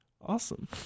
Awesome